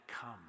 come